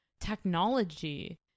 technology